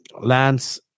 Lance